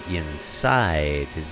inside